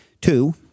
Two